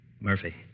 Murphy